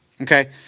okay